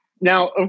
Now